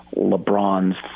LeBron's